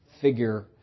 figure